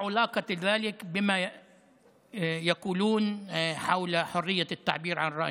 העתק מהקוראן הקדוש בשבדיה,